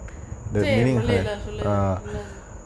say malay lah சொல்ல என்னது:solla ennathu